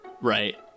Right